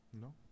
No